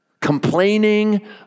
complaining